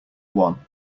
one